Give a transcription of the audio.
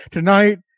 Tonight